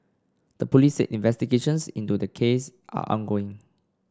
the police said investigations into their cases are ongoing